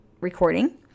recording